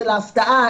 של ההפתעה.